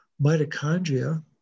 mitochondria